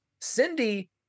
Cindy